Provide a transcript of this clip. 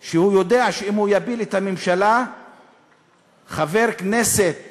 כשהוא יודע שאם הוא יפיל את הממשלה חבר הכנסת